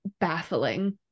baffling